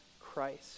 Christ